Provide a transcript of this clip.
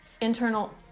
internal